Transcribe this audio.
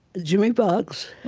jimmy boggs,